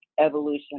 evolution